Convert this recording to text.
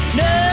no